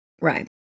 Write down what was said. right